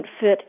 fit